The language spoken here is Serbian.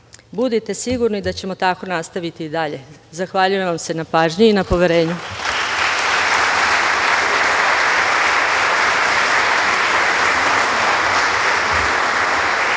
Srbiji. Budite sigurni da ćemo tako nastaviti i dalje. Zahvaljujem vam se na pažnji i poverenju.